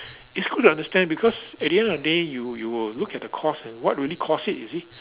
it's good to understand because at the end of the day you you will look at the cause and what really cause it you see